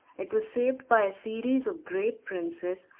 it was saved by a series of great princes,